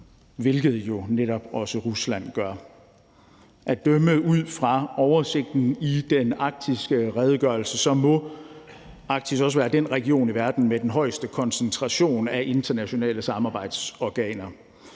hvilket jo netop også Rusland gør. At dømme ud fra oversigten i den arktiske redegørelse, må Arktis også være den region i verden med den højeste koncentration af internationale samarbejdsorganer.